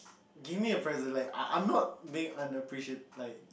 give me a present like I I'm not being unappreciate like